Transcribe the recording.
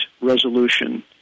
resolution